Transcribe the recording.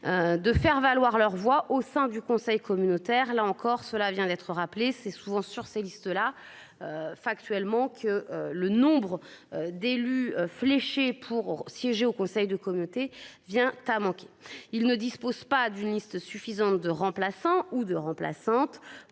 De faire valoir leurs voix au sein du conseil communautaire, là encore, cela vient d'être rappelé c'est souvent sur ces listes là. Factuellement, que le nombre d'élus fléchés pour siéger au conseil de communauté vient à manquer. Il ne dispose pas d'une liste suffisante de remplaçant ou de remplaçante